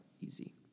easy